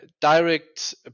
direct